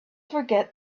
forget